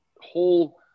whole